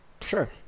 sure